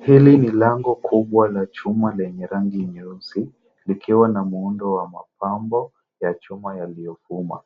Hili ni lango kubwa la chuma lenye rangi nyeusi, likiwa na muundo wa mapambo ya chuma yaliyofuma.